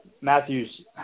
Matthews